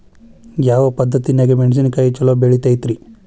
ಯಾವ ಪದ್ಧತಿನ್ಯಾಗ ಮೆಣಿಸಿನಕಾಯಿ ಛಲೋ ಬೆಳಿತೈತ್ರೇ?